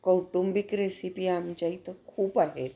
कौटुंबिक रेसिपी आमच्या इथं खूप आहेत